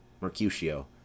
Mercutio